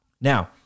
Now